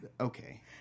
okay